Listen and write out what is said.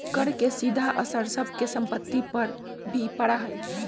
कर के सीधा असर सब के सम्पत्ति पर भी पड़ा हई